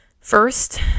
First